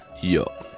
Yo